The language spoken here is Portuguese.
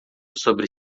sobre